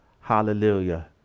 Hallelujah